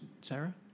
Sarah